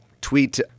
Tweet